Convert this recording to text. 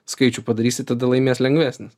skaičių padarysi tada laimės lengvesnis